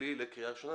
שלי, לקריאה ראשונה.